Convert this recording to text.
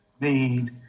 need